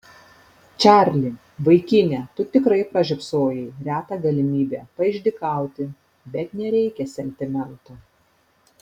čarli vaikine tu tikrai pražiopsojai retą galimybę paišdykauti bet nereikia sentimentų